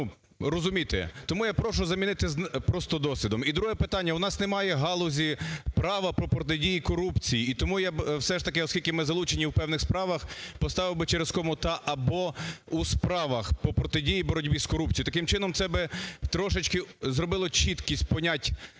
Тому я прошу замінити просто досвідом. І друге питання. У нас немає галузі права по протидії корупції. І тому я все ж таки, оскільки ми залучені у певних справах, поставив би через кому "та/або у справах по протидії і боротьбі з корупцією". Таким чином, це би трошечки зробило чіткість понять